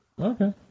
Okay